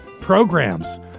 programs